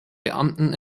beamten